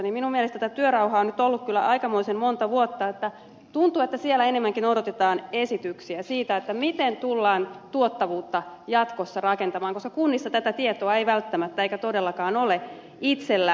minun mielestäni tätä työrauhaa on nyt ollut kyllä aikamoisen monta vuotta että tuntuu että siellä enemmänkin odotetaan esityksiä siitä miten tullaan tuottavuutta jatkossa rakentamaan koska kunnilla tätä tietoa ei välttämättä todellakaan ole itsellään